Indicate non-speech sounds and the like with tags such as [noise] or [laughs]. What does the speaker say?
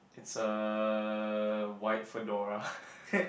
it's a white fedora [laughs]